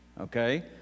Okay